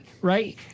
right